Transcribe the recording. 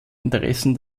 interessen